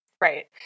Right